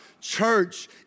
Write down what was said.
Church